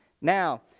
Now